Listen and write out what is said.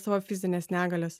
savo fizinės negalios